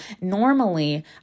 Normally